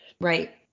Right